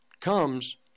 comes